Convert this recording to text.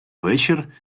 вечір